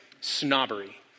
snobbery